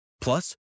Plus